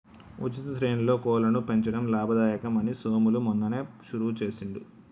ఉచిత శ్రేణిలో కోళ్లను పెంచడం లాభదాయకం అని సోములు మొన్ననే షురువు చేసిండు